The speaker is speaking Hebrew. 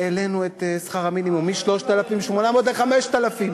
העלינו את שכר המינימום, מ-3,800 ל-5,000.